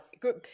Good